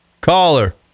Caller